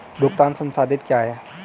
भुगतान संसाधित क्या होता है?